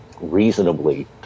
reasonably